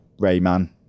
Rayman